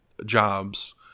jobs